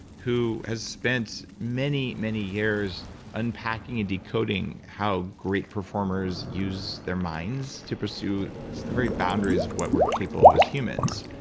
who has spent many, many years unpacking and decoding how great performers use their minds to pursue just the very boundaries of what we're capable of as humans.